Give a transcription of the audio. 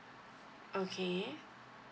okay